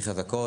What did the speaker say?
חזקות,